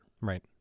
Right